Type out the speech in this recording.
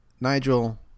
Nigel